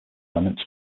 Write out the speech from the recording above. elements